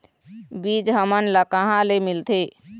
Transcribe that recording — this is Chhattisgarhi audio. बीज हमन ला कहां ले मिलथे?